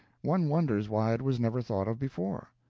one wonders why it was never thought of before.